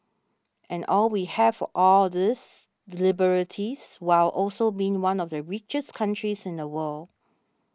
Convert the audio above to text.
and all we have all of these liberties while also being one of the richest countries in the world